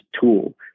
tool